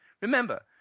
Remember